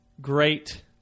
great